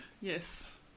Yes